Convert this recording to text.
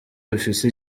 bifise